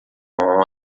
com